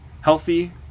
healthy